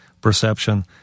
perception